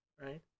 right